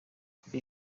ikora